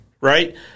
Right